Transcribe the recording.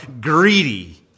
greedy